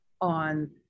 on